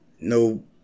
no